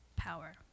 power